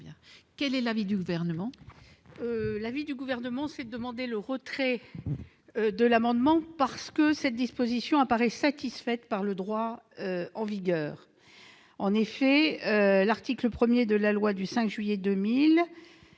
Quel est l'avis du Gouvernement ?